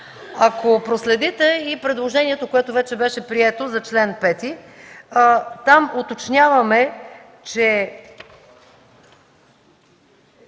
Ако проследите и предложението, което вече беше прието за чл. 5, там уточняваме, че